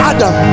Adam